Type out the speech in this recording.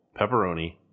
pepperoni